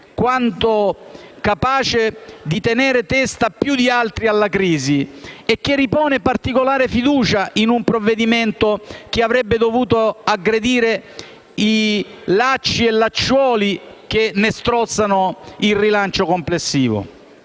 quanto capace di tener testa più di altri alla crisi e che ripone particolare fiducia in un provvedimento che avrebbe dovuto aggredire lacci e lacciuoli che ne strozzano il rilancio complessivo.